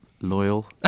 loyal